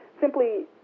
simply